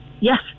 Yes